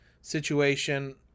situation